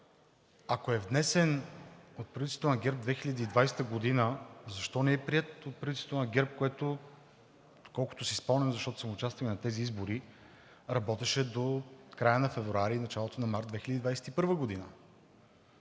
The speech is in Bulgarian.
ако е внесен от правителството на ГЕРБ 2020 г., защо не е приет от правителството на ГЕРБ, което, доколкото си спомням, защото съм участвал и на тези избори, работеше до края на февруари и началото на март 2021 г.?